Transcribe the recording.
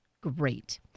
Great